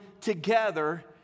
together